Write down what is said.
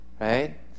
right